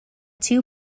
two